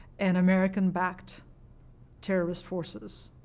and american-backed terrorist forces